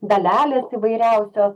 dalelės įvairiausios